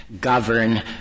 govern